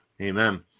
Amen